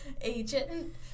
agent